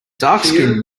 darkskinned